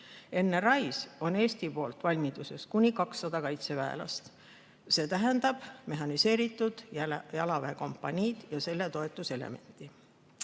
NRI-s on Eesti poolt valmiduses kuni 200 kaitseväelast. See tähendab mehhaniseeritud jalaväekompaniid ja selle toetuselementi. Eelnõu